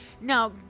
Now